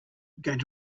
going